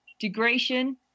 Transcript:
degradation